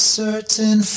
certain